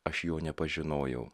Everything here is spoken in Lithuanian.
aš jo nepažinojau